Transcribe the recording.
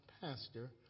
pastor